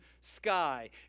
sky